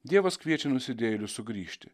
dievas kviečia nusidėjėlius sugrįžti